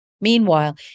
Meanwhile